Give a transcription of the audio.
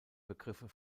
begriffe